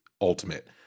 ultimate